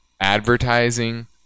advertising